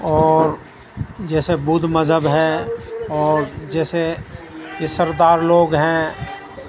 اور جیسے بدھ مذہب ہے اور جیسے یہ سردار لوگ ہیں